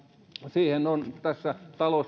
siihen on tässä